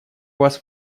вас